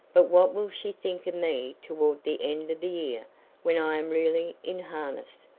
but what will she think of me toward the end of the year when i am really in harness?